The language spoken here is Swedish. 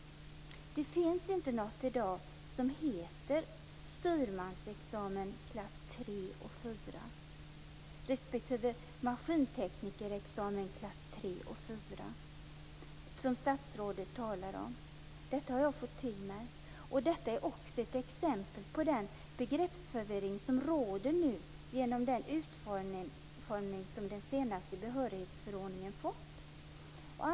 Det finns inte något i dag som heter styrmansexamen klass III och IV respektive maskinteknikerexamen klass III och IV, som statsrådet talar om i sitt svar. Detta har upplysts för mig. Det är också ett exempel på den begreppsförvirring som nu råder genom den utformning som den senaste behörigehetsförordningen har fått.